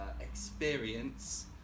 experience